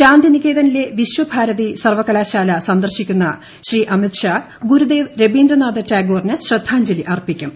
ശാന്തിനികേതനിലെ വിശ്വഭാരതി സർവകലാശാല സന്ദർശിക്കുന്ന ശ്രീ അമിത്ഷാ ഗുരുദേവ് രബീന്ദ്രനാഥ ടാഗോറിന് ശ്രദ്ധാഞ്ജലി അർപ്പിക്കും